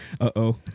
Uh-oh